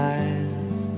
eyes